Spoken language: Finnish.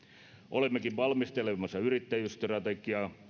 olemmekin valmistelemassa yrittäjyysstrategiaa